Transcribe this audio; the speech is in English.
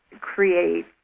create